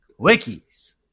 wikis